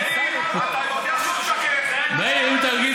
מאיר, אם תרגיז